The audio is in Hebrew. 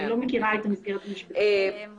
אני לא מכירה את המציאות המשפטית.